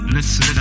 Listen